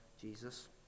Jesus